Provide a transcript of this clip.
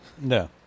No